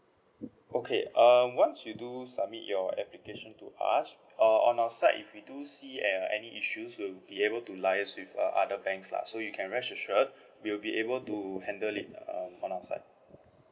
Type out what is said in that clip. okay um once you do submit your application to us uh on our side if we do see uh any issues we'll be able to liaise with uh other banks lah so you can rest assured we'll be able to handle it um on our side